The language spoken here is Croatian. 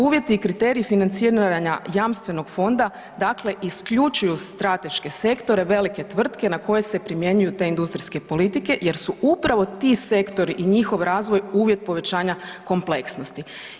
Uvjeti i kriterij financiranja jamstvenog fonda dakle isključuju strateške sektore, velike tvrtke na koje se primjenjuju te industrijske politike jer su upravo ti sektori i njihov razvoj uvjet povećanja kompleksnosti.